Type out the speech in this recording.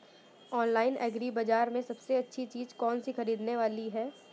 Online agri बाजार में सबसे अच्छी चीज कौन सी ख़रीदने वाली है?